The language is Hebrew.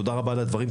תודה רבה על הדברים.